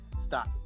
stop